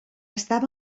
estava